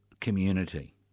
community